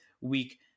week